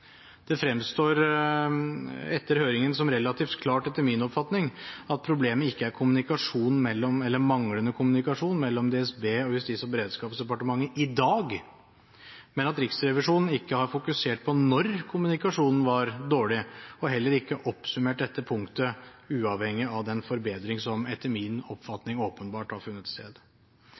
Det fremstår etter høringen som relativt klart, etter min oppfatning, at problemet ikke er manglende kommunikasjon mellom DSB og Justis- og beredskapsdepartementet i dag, men at Riksrevisjonen ikke har fokusert på når kommunikasjonen var dårlig, og heller ikke oppsummert dette punktet uavhengig av den forbedring som etter min oppfatning åpenbart har funnet sted.